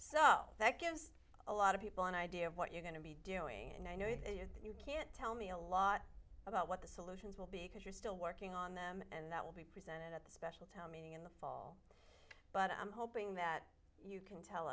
so that gives a lot of people an idea of what you're going to be doing and i know you can't tell me a lot about what the solutions will be because you're still working on them and that will be presented at the spending in the fall but i'm hoping that you can tell